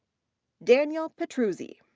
daniel petruzzi.